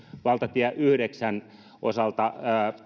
valtatie yhdeksän osalta